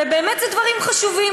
ובאמת אלה דברים חשובים.